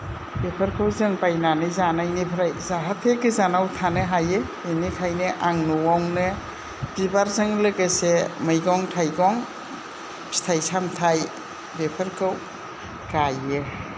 बेफोरखौ जों बायनानै जानायनिफ्राय जाहाथे गोजोनाव थानो हायो बेनिखायनो आं नआवनो बिबारजों लोगोसे मैगं थाइगं फिथाय सामथाय बेफोरखौ गायो